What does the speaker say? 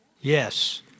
Yes